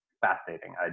Fascinating